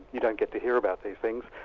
you don't get to hear about these things.